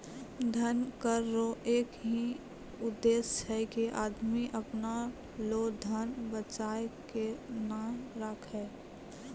धन कर रो एक ही उद्देस छै की आदमी अपना लो धन बचाय के नै राखै